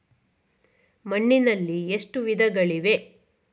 ಮಣ್ಣಿನಲ್ಲಿ ಎಷ್ಟು ವಿಧಗಳಿವೆ?